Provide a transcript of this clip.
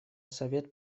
совет